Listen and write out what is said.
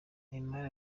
neymar